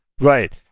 Right